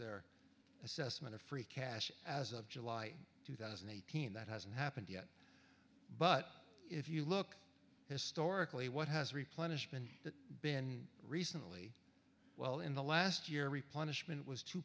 their assessment of free cash as of july two thousand and eighteen that hasn't happened yet but if you look historically what has replenish been that been recently well in the last year replenishment was two